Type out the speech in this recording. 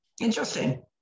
Interesting